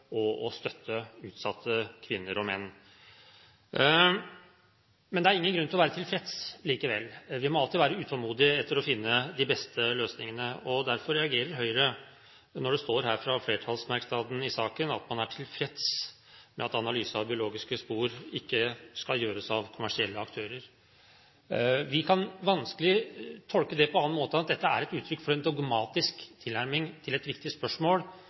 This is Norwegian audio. og å støtte utsatte kvinner og menn. Men det er ingen grunn til å være tilfreds likevel. Vi må alltid være utålmodige etter å finne de beste løsningene. Derfor reagerer Høyre når det står i en flertallsmerknad i saken at man er tilfreds med at analyse av biologiske spor ikke skal gjøres av kommersielle aktører. Vi kan vanskelig tolke det på annen måte enn at dette er et uttrykk for en dogmatisk tilnærming til et viktig spørsmål